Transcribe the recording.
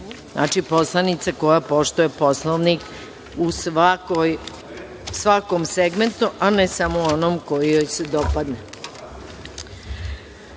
Znači, poslanica koja poštuje Poslovnik u svakom segmentu, a ne samo u onom koji joj se